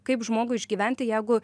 kaip žmogui išgyventi jeigu